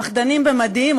פחדנים במדים,